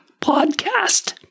Podcast